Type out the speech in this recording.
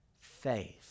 faith